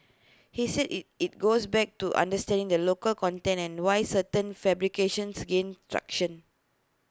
he said IT it goes back to understanding the local content and why certain fabrications gain traction